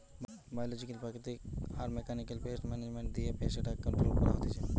biological প্রাকৃতিক আর mechanical pest management দিয়ে পেস্ট এট্যাক কন্ট্রোল করা হতিছে